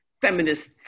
feminist